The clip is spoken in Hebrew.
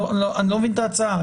אני לא מבין את ההצעה.